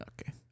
Okay